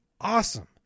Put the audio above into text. awesome